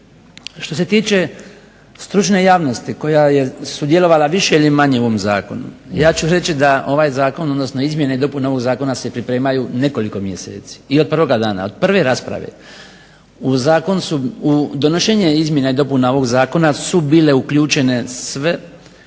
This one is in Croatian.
Što se tiče stručne javnosti koja je sudjelovala manje ili više u ovom zakonu ja ću reći da ovaj Zakon, odnosno izmjene i dopune ovog zakona se pripremaju nekoliko mjeseci i od prvoga dana, prve rasprave, u zakonu u donošenje izmjena i dopuna ovoga Zakona su bile uključene sve